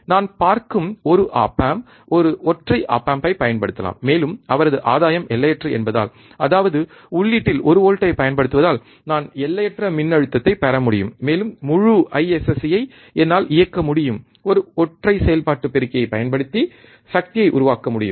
நான் பார்க்கும் ஒரு ஒப் ஆம்ப் ஒரு ஒற்றை ஒப் ஆம்ப்பை பயன்படுத்தலாம் மேலும் அவரது ஆதாயம் எல்லையற்றது என்பதால் அதாவது உள்ளீட்டில் ஒரு வோல்ட்டைப் பயன்படுத்துவதால் நான் எல்லையற்ற மின்னழுத்தத்தைப் பெற முடியும் மேலும் முழு IIScஐ என்னால் இயக்க முடியும் ஒரு ஒற்றை செயல்பாட்டு பெருக்கியைப் பயன்படுத்தி சக்தியை உருவாக்க முடியும்